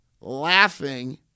laughing